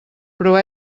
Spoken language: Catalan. però